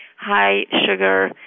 high-sugar